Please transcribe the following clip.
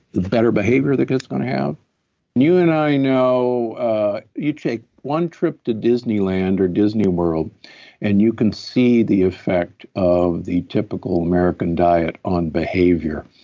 the better behavior the kid's going to have new you and i know you take one trip to disneyland or disney world and you can see the effect of the typical american diet on behavior